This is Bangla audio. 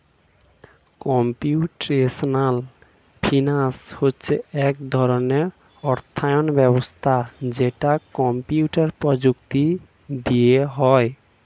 কম্পিউটেশনাল ফিনান্স হচ্ছে এক ধরণের অর্থায়ন ব্যবস্থা যেটা কম্পিউটার প্রযুক্তি দিয়ে হয়